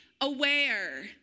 aware